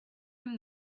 him